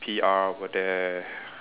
P_R over there